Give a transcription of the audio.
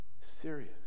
serious